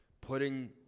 putting